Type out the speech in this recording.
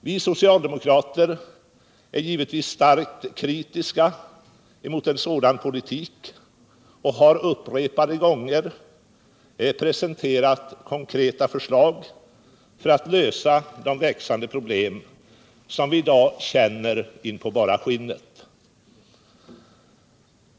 Vi socialdemokrater är givetvis starkt kritiska mot en sådan politik och har upprepade gånger presenterat konkreta förslag för att lösa de växande problem vi i dag känner in på bara skinnet.